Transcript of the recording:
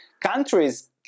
Countries